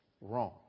wrong